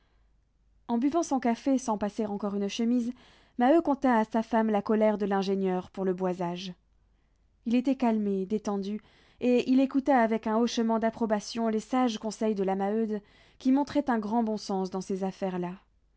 en buvant son café sans passer encore une chemise maheu conta à sa femme la colère de l'ingénieur pour le boisage il était calmé détendu et il écouta avec un hochement d'approbation les sages conseils de la maheude qui montrait un grand bon sens dans ces affaires-là